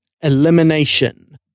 elimination